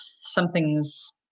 something's